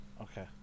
Okay